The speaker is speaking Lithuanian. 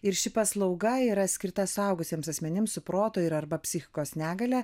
ir ši paslauga yra skirta suaugusiems asmenims su proto ir arba psichikos negalia